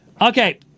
Okay